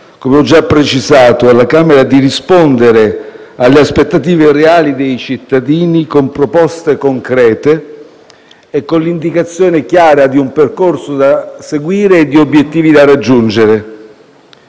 come ho già precisato alla Camera - di rispondere alle aspettative reali dei cittadini con proposte concrete e con l'indicazione chiara di un percorso da seguire e di obiettivi da raggiungere,